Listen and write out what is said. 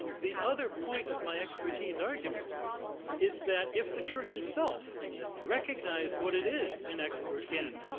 the other point of my expertise argument is that if the church itself recognized what it is an expert in,